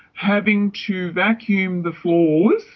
having to vacuum the floors.